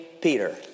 Peter